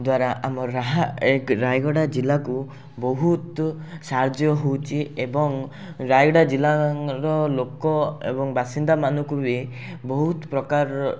ଯାହା ଦ୍ୱାରା ଆମ ରାୟଗଡ଼ା ଜିଲ୍ଲାକୁ ବହୁତ ସାହାଯ୍ୟ ହେଉଛି ଏବଂ ରାୟଗଡ଼ା ଜିଲ୍ଲାର ଲୋକ ଏବଂ ବାସିନ୍ଦାମାନଙ୍କୁ ବି ବହୁତ ପ୍ରକାରର